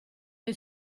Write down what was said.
dei